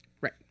Right